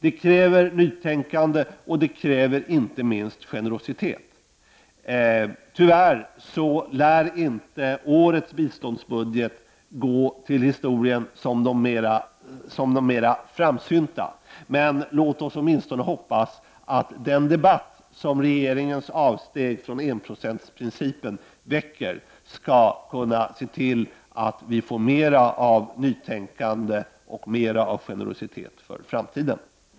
Detta kräver nytänkande och inte minst generositet. Tyvärr lär inte årets biståndsbudget gå till historien som en av de mer framsynta. Men låt oss åtminstone hoppas att den debatt som regeringens avsteg från enprocentsprincipen väcker skall åstadkomma att vi får mer av nytänkande och mer av generositet för framtiden.